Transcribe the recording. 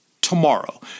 tomorrow